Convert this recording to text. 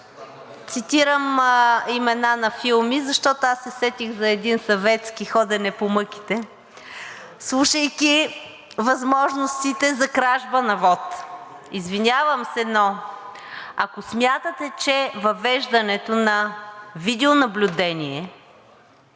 цитирам имена на филми, защото аз се сетих за един съветски – „Ходене по мъките“, слушайки възможностите за кражба на вот. Извинявам се, но ако смятате, че въвеждането на видеонаблюдение